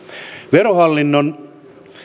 verohallinnon